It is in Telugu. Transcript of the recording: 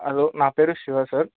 హలో నా పేరు శివ సార్